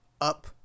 up